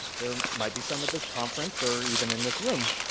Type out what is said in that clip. there might be some at this conference or even in this room.